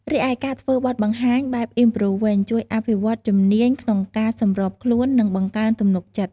រីឯការធ្វើបទបង្ហាញបែប improv វិញ ជួយអភិវឌ្ឍជំនាញក្នុងការសម្របខ្លួន និងបង្កើនទំនុកចិត្ត